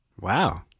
Wow